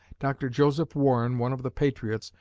dr. joseph warren, one of the patriots,